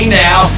now